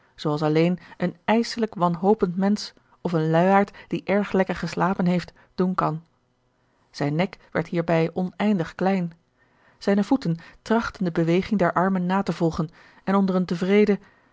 alleen een ijselijk wanhopend mensch of een luiaard die erg lekker geslapen heeft doen kan zijn nek werd hierbij oneindig klein zijne voeten trachtten de beweging der armen na te volgen en onder een